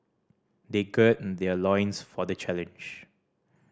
they gird their loins for the challenge